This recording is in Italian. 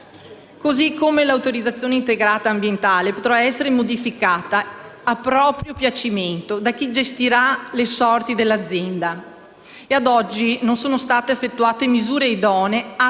modo, l'autorizzazione integrata ambientale potrà essere modificata a proprio piacimento da chi gestirà le sorti dell'azienda. E ad oggi non sono state attuate misure idonee atte